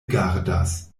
gardas